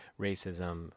racism